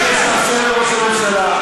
אני מבקש לאפשר לראש הממשלה.